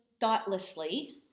thoughtlessly